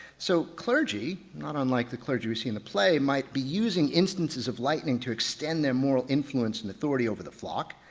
so clergy not unlike the clergy we see in the play might be using instances of lightning to extend their moral influence and authority over the flock,